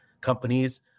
companies